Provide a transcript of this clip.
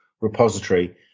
repository